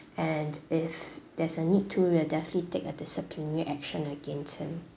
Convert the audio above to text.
and if there's a need to we'll definitely take a disciplinary action against him